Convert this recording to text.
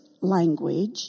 language